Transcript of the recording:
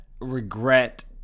regret